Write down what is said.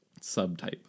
subtype